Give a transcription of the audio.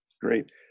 Great